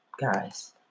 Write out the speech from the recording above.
guys